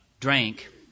drank